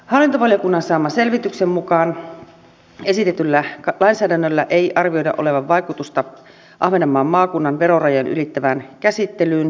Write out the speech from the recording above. hallintovaliokunnan saaman selvityksen mukaan esitetyllä lainsäädännöllä ei arvioida olevan vaikutusta ahvenanmaan maakunnan verorajan ylittävään käsittelyyn